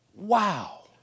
Wow